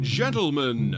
gentlemen